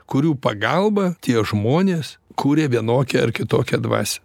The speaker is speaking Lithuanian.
kurių pagalba tie žmonės kuria vienokią ar kitokią dvasią